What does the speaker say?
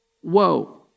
Whoa